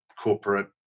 corporate